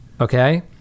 okay